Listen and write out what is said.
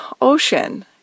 ocean